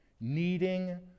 needing